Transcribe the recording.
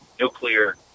nuclear